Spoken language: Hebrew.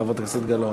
חברת הכנסת גלאון.